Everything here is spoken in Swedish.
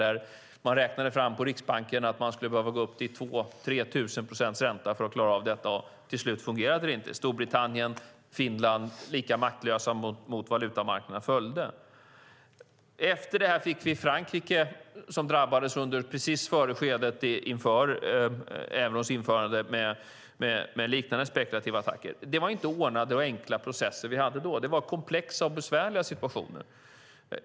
På Riksbanken räknade man fram att man skulle behöva gå upp till 2 000-3 000 procents ränta för att klara av detta, och till slut fungerade det inte. Storbritannien och Finland följde efter och var lika maktlösa mot valutamarknaderna. Efter detta drabbades Frankrike precis innan eurons införande av liknande spekulativa attacker. Det var inte ordnade och enkla processer som vi hade då, utan det var komplexa och besvärliga situationer.